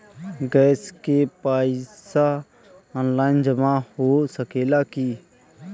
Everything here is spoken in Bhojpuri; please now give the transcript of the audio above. गैस के पइसा ऑनलाइन जमा हो सकेला की?